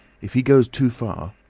if he goes too far.